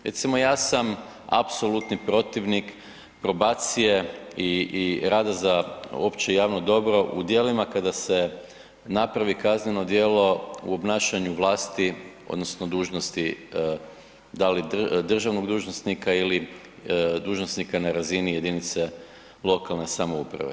Recimo ja sam apsolutni protivnik probacije i rada za opće javno dobro u djelima kada se napravi kazneno djelo u obnašanju vlasti odnosno dužnosti da li državnog dužnosnika ili dužnosnika na razini jedinice lokalne samouprave.